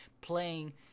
playing